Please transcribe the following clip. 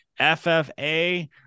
FFA